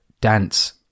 dance